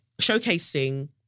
showcasing